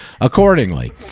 accordingly